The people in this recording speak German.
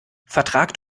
vertragt